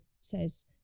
says